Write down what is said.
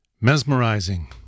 mesmerizing